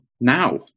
now